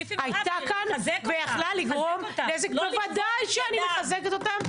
תחזקי אותם בהוראות ולא לכבול את ידם.